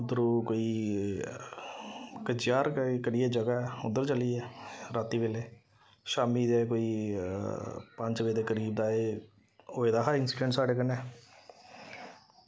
उद्धरूं कोई कचयार करियै जगह् ऐ उद्धर चली गे रातीं बेल्लै शामी दे कोई पंज बजे दे करीब दा एह् होए दा हा इंसिडैंट साढ़े कन्नै